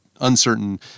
uncertain